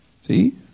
See